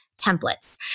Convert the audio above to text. templates